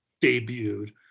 debuted